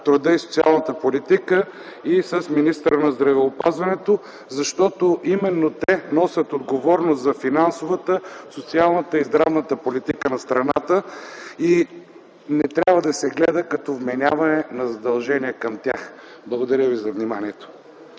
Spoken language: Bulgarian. труда и социалната политика, и с министъра на здравеопазването, защото именно те носят отговорност за финансовата, социалната и здравната политика на страната и не трябва да се гледа на това като вменяване на задължение към тях. Благодаря.